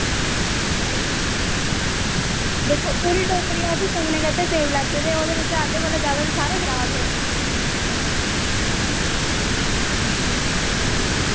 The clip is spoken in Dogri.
पूरी टोकरी असें सगने आस्तै सेव लैते दे हे ते ओह्दे बिच्चा अद्धे कोला जादै ते सारे खराब हे